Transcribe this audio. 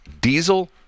Diesel